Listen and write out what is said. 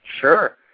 Sure